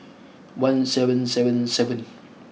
one seven seven seven